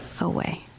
away